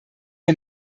wir